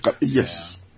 Yes